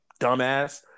dumbass